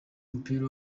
w’umupira